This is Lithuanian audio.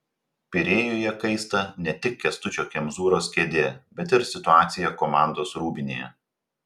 pirėjuje kaista ne tik kęstučio kemzūros kėdė bet ir situacija komandos rūbinėje